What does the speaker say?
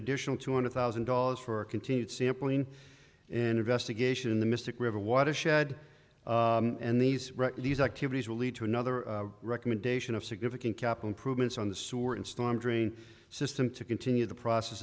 additional two hundred thousand dollars for continued sampling and investigation in the mystic river watershed and these these activities will lead to another recommendation of significant capital improvements on the sewer and storm drain system to continue the process